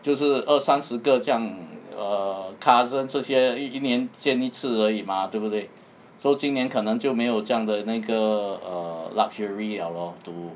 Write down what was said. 就是二三十个这样 err cousin 这些一一年见一次而已 mah 对不对 so 今年可能就没有这样的那个 err luxury liao lor to